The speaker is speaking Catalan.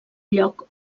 lloc